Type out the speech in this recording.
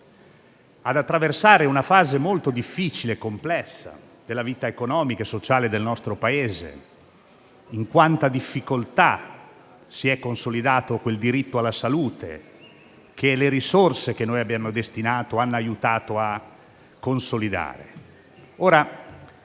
nell'attraversare una fase molto difficile e complessa della vita economica e sociale del nostro Paese. In quanta difficoltà si è consolidato quel diritto alla salute, che le risorse che abbiamo destinato hanno aiutato a consolidare!